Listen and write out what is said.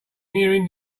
nearing